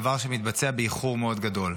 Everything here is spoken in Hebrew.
דבר שמתבצע באיחור מאוד גדול.